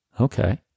Okay